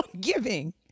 giving